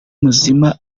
muzima